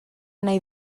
nahi